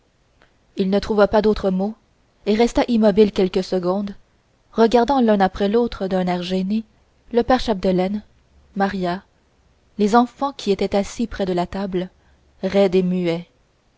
il ne trouva pas d'autres mots et resta immobile quelques secondes regardant l'un après l'autre d'un air gêné le père chapdelaine maria les enfants qui étaient assis près de la table raides et muets